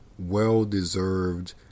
well-deserved